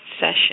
session